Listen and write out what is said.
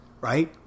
right